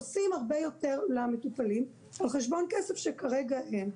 עושים הרבה יותר למטופלים על חשבון כסף שכרגע אין.